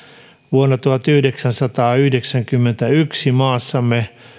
vuonna tuhatyhdeksänsataayhdeksänkymmentäyksi maassamme